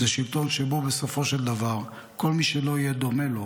זה שלטון שבסופו של דבר כל מי שלא יהיה דומה לו